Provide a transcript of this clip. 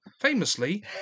famously